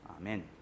Amen